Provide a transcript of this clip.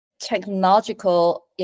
technological